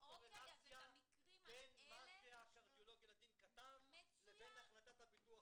קורלציה בין מה שקרדיולוג ילדים כתב לבין החלטת ביטוח לאומי.